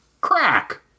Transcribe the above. Crack